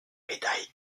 médaille